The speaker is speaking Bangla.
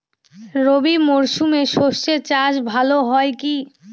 রবি মরশুমে সর্ষে চাস ভালো হয় কি?